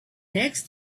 next